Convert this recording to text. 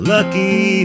Lucky